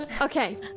Okay